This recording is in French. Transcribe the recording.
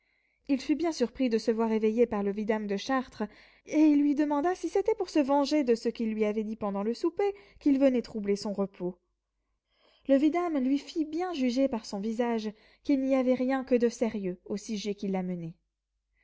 il fut bien surpris de se voir éveillé par le vidame de chartres et il lui demanda si c'était pour se venger de ce qu'il lui avait dit pendant le souper qu'il venait troubler son repos le vidame lui fit bien juger par son visage qu'il n'y avait rien que de sérieux au sujet qui